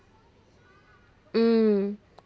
mm